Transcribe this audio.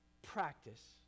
Practice